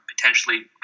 potentially